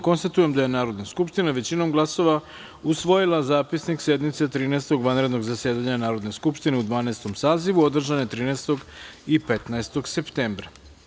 Konstatujem da je Narodna skupština većinom glasova usvojila Zapisnik sednice Trinaestog vanrednog zasedanja Narodne skupštine u Dvanaestom sazivu, održane 13. i 15. septembra.